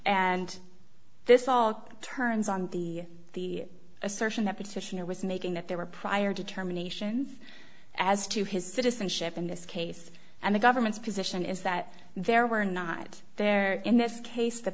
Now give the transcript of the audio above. and this all turns on the the assertion that petitioner was making that there were prior determination as to his citizenship in this case and the government's position is that there were not there in this case the